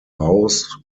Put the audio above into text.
house